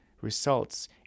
results